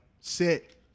Sit